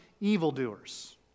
evildoers